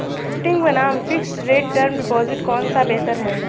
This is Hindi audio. फ्लोटिंग बनाम फिक्स्ड रेट टर्म डिपॉजिट कौन सा बेहतर है?